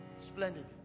splendid